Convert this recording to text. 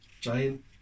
Giant